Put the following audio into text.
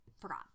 forgot